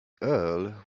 earl